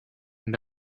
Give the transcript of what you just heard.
and